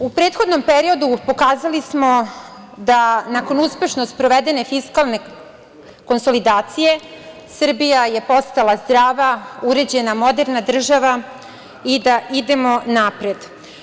U prethodnom periodu pokazali smo da nakon uspešno sprovedene fiskalne konsolidacije Srbija je postala zdrava, uređena i moderna država i da idemo napred.